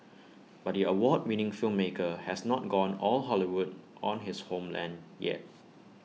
but the award winning filmmaker has not gone all Hollywood on his homeland yet